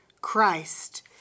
Christ